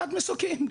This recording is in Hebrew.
מנחת מסוקים?